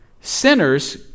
sinners